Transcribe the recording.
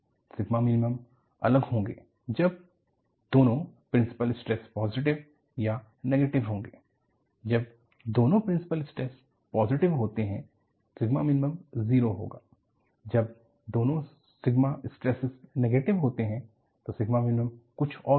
sigma minimum अलग होंगे जब दोनों प्रिंसिपल स्ट्रेस पॉजिटिव या नेगेटिव होंगे जब दोनों प्रिंसिपल स्ट्रेस पॉजिटिव होते हैं सिग्मा मिनिमम जीरो होगा जब दोनों सिग्मा स्ट्रेसस नेगेटिव होते हैं तो सिग्मा मिनिमम कुछ और होगा